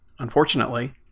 Unfortunately